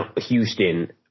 Houston